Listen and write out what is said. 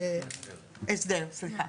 מוועדת ההסדר.